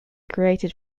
created